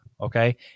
okay